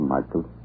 Michael